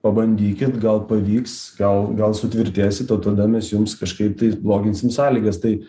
pabandykit gal pavyks gal gal sutvirtėsit o tada mes jums kažkaip tais bloginsim sąlygas tai